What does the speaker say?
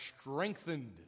strengthened